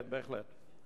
כן, בהחלט.